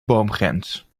boomgrens